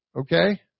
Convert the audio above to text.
Okay